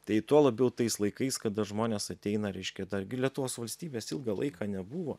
tai tuo labiau tais laikais kada žmonės ateina reiškia dargi lietuvos valstybės ilgą laiką nebuvo